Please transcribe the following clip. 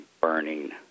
burning